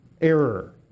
error